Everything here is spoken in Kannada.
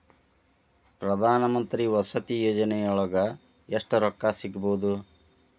ಪ್ರಧಾನಮಂತ್ರಿ ವಸತಿ ಯೋಜನಿಯೊಳಗ ಎಷ್ಟು ರೊಕ್ಕ ಸಿಗಬೊದು?